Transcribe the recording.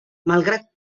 malgrat